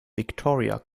victoria